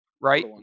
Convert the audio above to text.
Right